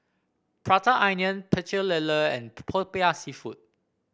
Prata Onion Pecel Lele and popiah seafood